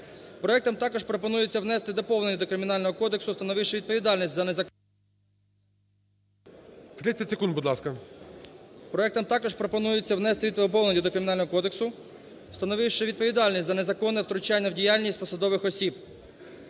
будь ласка. ДАНИЛЮК О.О. Проектом також пропонується внести доповнення до Кримінального кодексу, встановивши відповідальність за незаконне втручання в діяльність посадових осіб.